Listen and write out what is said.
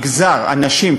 הנשים,